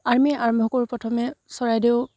আমি আৰম্ভ কৰোঁ প্ৰথমে চৰাইদেউ